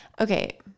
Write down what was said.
Okay